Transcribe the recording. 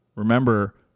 Remember